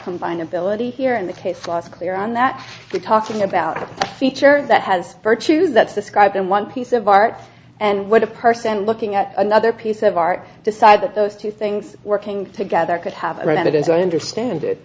combined ability here in the case last clear on that we're talking about a feature that has virtues that's described in one piece of art and what a person looking at another piece of art decided that those two things working together could have read it as i understand it